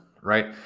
right